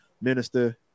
Minister